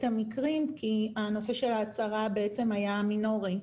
המקרים כי הנושא של ההצהרה היה מינורי.